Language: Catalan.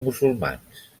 musulmans